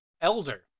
Elder